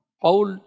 Paul